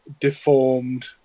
deformed